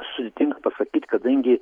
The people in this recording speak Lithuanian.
sudėtinga pasakyt kadangi